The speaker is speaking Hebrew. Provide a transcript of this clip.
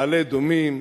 מעלה-אדומים,